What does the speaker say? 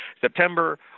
September